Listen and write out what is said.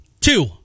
Two